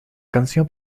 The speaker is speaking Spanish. canción